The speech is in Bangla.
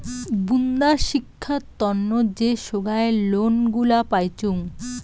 বুন্দা শিক্ষার তন্ন যে সোগায় লোন গুলা পাইচুঙ